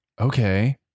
okay